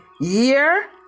year